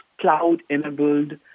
cloud-enabled